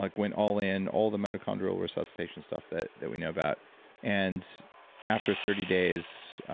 like went all in, all the mitochondrial resuscitation stuff that that we know about and after thirty days,